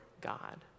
God